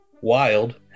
wild